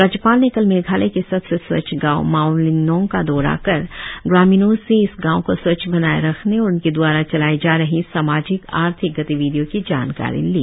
राज्यपाल ने कल मेघालय के सबसे स्वच्छ गांव मावलिनोंग का दौरा कर ग्रामीणों से इस गांव को स्वच्छ बनाएं रखने और उनके दवारा चलाई जा रही सामाजिक आर्थिक गतिविधियों की जानकारी ली